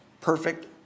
perfect